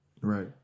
Right